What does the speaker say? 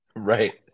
Right